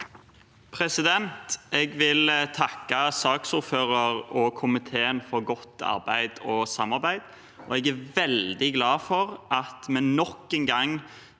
Jeg vil takke saksordføreren og komiteen for godt arbeid og samarbeid, og jeg er veldig glad for at vi nok en gang